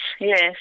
yes